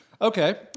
Okay